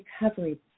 recovery